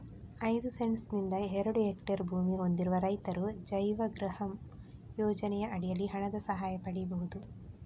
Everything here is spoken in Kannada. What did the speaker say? ಐದು ಸೆಂಟ್ಸ್ ನಿಂದ ಎರಡು ಹೆಕ್ಟೇರ್ ಭೂಮಿ ಹೊಂದಿರುವ ರೈತರು ಜೈವಗೃಹಂ ಯೋಜನೆಯ ಅಡಿನಲ್ಲಿ ಹಣದ ಸಹಾಯ ಪಡೀಬಹುದು